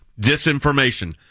disinformation